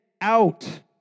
out